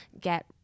get